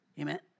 Amen